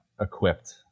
equipped